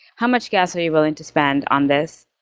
how much gas are you willing to spend on this?